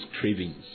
cravings